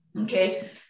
Okay